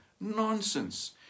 Nonsense